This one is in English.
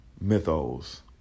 mythos